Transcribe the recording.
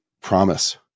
promise